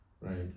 right